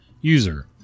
User